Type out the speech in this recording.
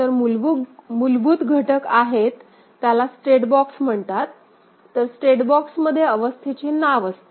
तर मुलभूत घटक आहेत त्याला स्टेट बॉक्स म्हणतात तर स्टेट बॉक्समध्ये अवस्थेचे नाव असते